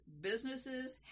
businesses